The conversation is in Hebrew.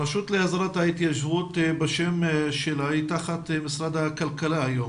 הרשות להסדרת ההתיישבות בשם שלה היא תחת משרד הכלכלה היום.